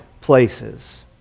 places